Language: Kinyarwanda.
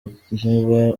igihe